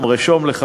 רשום לך,